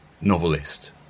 novelist